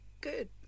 Good